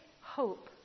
hope